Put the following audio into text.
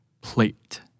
plate